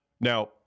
Now